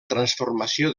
transformació